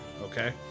Okay